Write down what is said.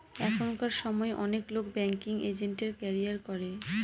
এখনকার সময় অনেক লোক ব্যাঙ্কিং এজেন্টের ক্যারিয়ার করে